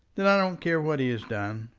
then i don't care what he has done,